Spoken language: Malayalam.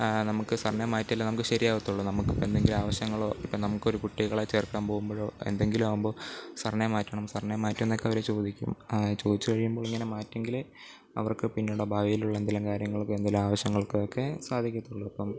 നമുക്ക് സർനെയിം മാറ്റിയാലേ നമുക്ക് ശരിയാവുള്ളൂ നമുക്ക് എന്തെങ്കിലും ആവശ്യങ്ങളോ ഇപ്പം നമുക്ക് ഒരു കുട്ടികളെ ചേർക്കാൻ പോവുമ്പോഴോ എന്തെങ്കിലും ആവുമ്പോൾ സർനെയിം മാറ്റണം സർനെയിം മാറ്റിയോ എന്നൊക്ക അവർ ചോദിക്കും ആ ചോദിച്ച് കഴിയുമ്പോൾ ഇങ്ങനെ മാറ്റിയെങ്കിലേ അവർക്ക് പിന്നീട് ഭാവിയിലുള്ള എന്തെങ്കിലും കാര്യങ്ങൾക്കോ എന്തെങ്കിലും ആവശ്യങ്ങൾക്കൊക്കെ സാധിക്കുള്ളൂ അപ്പം